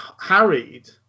harried